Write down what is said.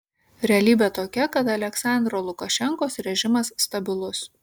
realybė tokia kad aliaksandro lukašenkos režimas stabilus